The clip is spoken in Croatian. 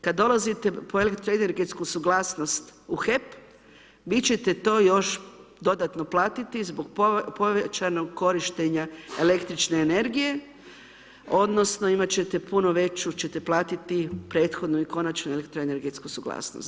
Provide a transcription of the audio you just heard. Kad dolazite po elektroenergetsku suglasnost u HEP vi ćete to još dodatno platiti zbog povećanog korištenja električne energije odnosno imati ćete puno veću ćete platiti prethodnu i konačnu elektroenergetsku suglasnost.